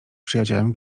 przyjacielem